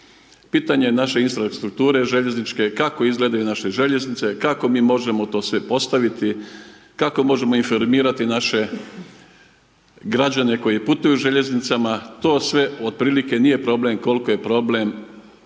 Pitanje naše infrastrukture željezničke, kako izgledaju naše željeznice, kako mi možemo to sve postaviti, kako možemo informirati naše građane koji putuju željeznicama, to sve otprilike nije problem koliko je problem